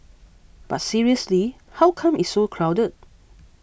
but seriously how come it's so crowded